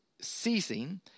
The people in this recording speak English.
ceasing